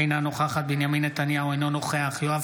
אינה נוכחת בנימין נתניהו, אינו נוכח יואב